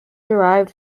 derived